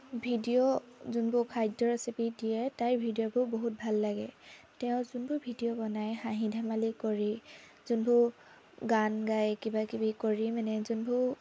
video যোনবোৰ খাদ্য recipe দিয়ে তাইৰ ভিডিঅ'বোৰ বহুত ভাল লাগে তেওঁ যোনবোৰ ভিডিঅ' বনাই হাঁহি ধেমালি কৰি যোনবোৰ গান গাই কিবাকিবি কৰি মানে যোনবোৰ